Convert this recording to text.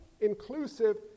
inclusive